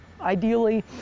ideally